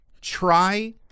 try